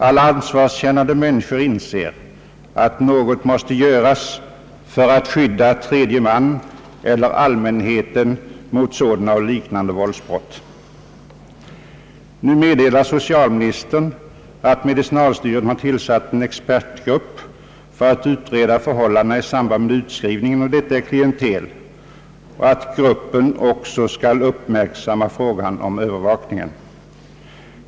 Alla ansvarskännande människor inser att något måste göras för att skydda tredje man eller allmänheten mot sådana och liknande våldsbrott. Nu meddelar socialministern att medicinalstyrelsen tillsatt en expertgrupp för att utreda förhållandena i samband med utskrivning av detta klientel och att gruppen också skall uppmärksamma frågan om övervakningen.